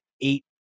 eight